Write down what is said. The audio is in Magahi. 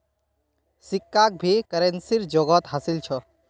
सिक्काक भी करेंसीर जोगोह हासिल छ